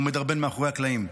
והוא מדרבן מאחורי הקלעים.